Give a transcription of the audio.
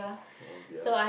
on their